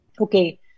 Okay